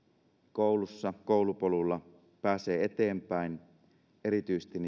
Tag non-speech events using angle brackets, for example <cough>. koulussa koulupolulla pääsee joustavasti eteenpäin erityisesti <unintelligible>